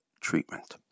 treatment